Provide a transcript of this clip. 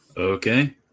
okay